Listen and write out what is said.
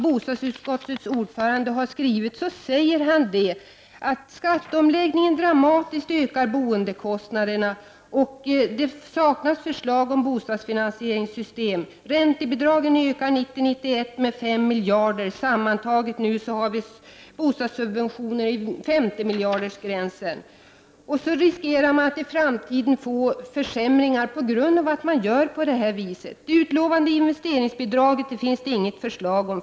Bostadsutskottets ordförande säger att skatteomläggningen dramatiskt ökar boendekostnaderna, att det saknas förslag om bostadsfinansieringssystem, att räntebidragen 1990/91 ökar med 5 miljarder och att bostadssubventionerna sammantaget är i storleksordningen 50 miljarder. Man riskerar att få försämringar i framtiden om man gör på det här viset. Det utlovade investeringsbidraget finns det inget förslag om.